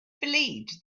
believed